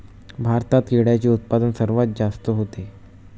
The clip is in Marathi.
भारतात केळ्यांचे उत्पादन सर्वात जास्त होते